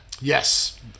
Yes